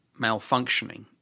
malfunctioning